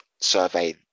survey